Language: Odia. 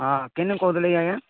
ହଁ କିଏ କହୁଥିଲେ କି ଆଜ୍ଞା